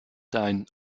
dein